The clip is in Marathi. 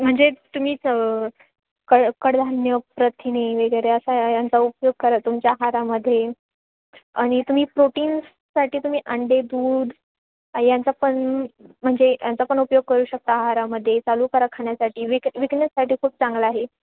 म्हणजे तुम्ही क कडधान्य प्रथिने वगैरे असा यांचा उपयोग करा तुमच्या आहारामध्ये आणि तुम्ही प्रोटीन्ससाठी तुम्ही अंडे दूध यांचा पण म्हणजे यांचा पण उपयोग करू शकता आहारामध्ये चालू करा खाण्यासाठी विक विकनेससाठी खूप चांगला आहे